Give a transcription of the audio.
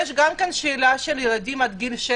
יש גם שאלה של ילדים עד גיל 16